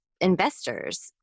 investors